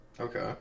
Okay